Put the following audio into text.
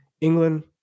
England